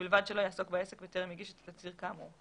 ובלבד שלא יעסוק בעסק בטרם הגיש את התצהיר כאמור.